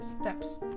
Steps